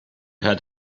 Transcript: had